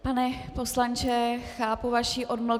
Pane poslanče, chápu vaši odmlku.